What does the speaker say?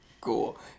Cool